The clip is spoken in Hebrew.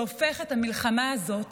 שהוא הופך את המלחמה הזאת